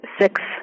six